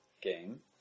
game